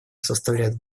составляет